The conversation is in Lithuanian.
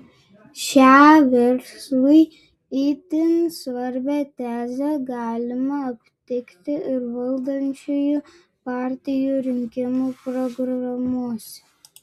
šią verslui itin svarbią tezę galima aptikti ir valdančiųjų partijų rinkimų programose